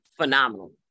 phenomenal